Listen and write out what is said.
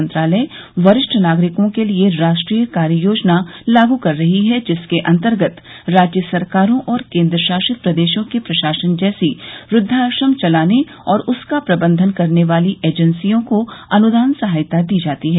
मंत्रालय वरिष्ठ नागरिकों के लिए राष्ट्रीय कार्य योजना लागू कर रही है जिसके अंतर्गत राज्य सरकारों और केंद्र शासित प्रदेशों के प्रशासन जैसी वृद्वा आश्रम चलाने और उसका प्रबंधन करने वाली एजेंसियों को अनुदान सहायता दी जाती है